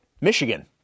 Michigan